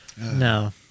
No